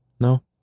No